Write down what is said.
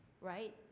right